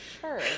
sure